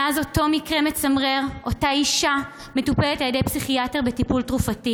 מאז אותו מקרה מצמרר אותה אישה מטופלת על ידי פסיכיאטר בטיפול תרופתי.